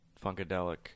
funkadelic